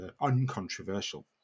uncontroversial